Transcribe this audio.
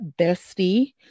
bestie